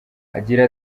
agira